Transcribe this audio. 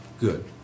good